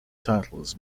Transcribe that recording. titles